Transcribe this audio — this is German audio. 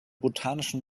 botanischen